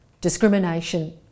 discrimination